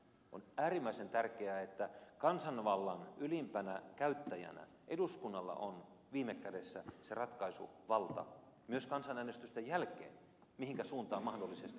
on äärimmäisen tärkeää että kansanvallan ylimpänä käyttäjänä eduskunnalla on viime kädessä se ratkaisuvalta myös kansanäänestysten jälkeen mihinkä suuntaan mahdollisesti mennään